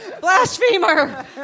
Blasphemer